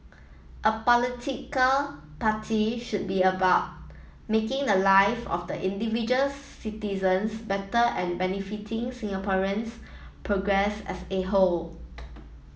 a political party should be about making the life of the individual citizens better and benefiting Singaporeans progress as a whole